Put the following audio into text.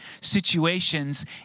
situations